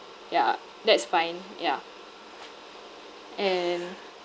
ya that's fine ya and